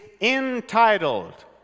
entitled